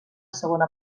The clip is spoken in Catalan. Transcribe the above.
segona